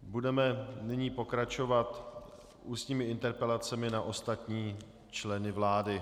Budeme nyní pokračovat ústními interpelacemi na ostatní členy vlády.